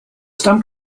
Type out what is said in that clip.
stamp